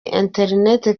internet